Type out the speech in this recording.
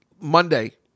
Monday